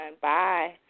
bye